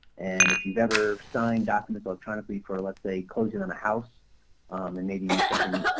and if you've ever signed documents electronically for let's say closing on a house and maybe something,